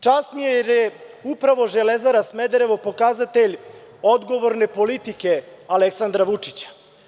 Čast mi je jer je upravo „Železara Smederevo“ pokazatelj odgovorne politike Aleksandara Vučića.